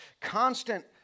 constant